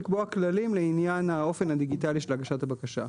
לקבוע כללים לעניין האופן הדיגיטלי של הגשת הבקשה.